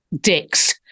dicks